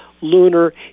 lunar